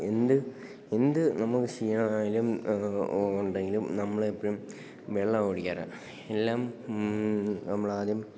എന്ത് എന്ത് നമുക്ക് ക്ഷീണമാണേലും ഉണ്ടെങ്കിലും നമ്മളെപ്പഴും വെള്ളമാണു കുടിക്കാറ് എല്ലാം നമ്മളാദ്യം